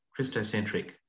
Christocentric